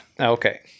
Okay